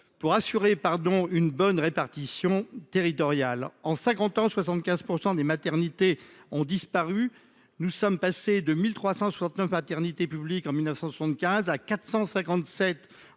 pour assurer une bonne répartition territoriale. En cinquante ans, 75 % de nos maternités ont disparu : nous sommes passés de 1 369 maternités publiques en 1975 à 457 en 2024.